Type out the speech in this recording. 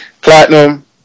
Platinum